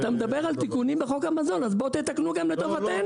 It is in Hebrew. שסטוביץ: אתה מדבר על תיקונים בחוק המזון אז בואו תתקנו גם לטובתנו,